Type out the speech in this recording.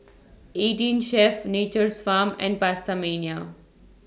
eighteen Chef Nature's Farm and PastaMania